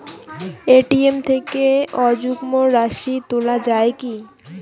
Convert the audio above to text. ATM থেকে অযুগ্ম রাশি তোলা য়ায় কি?